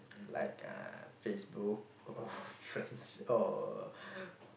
like uh Facebook old friends or